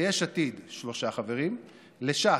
יש עתיד, שלושה חברים, ש"ס,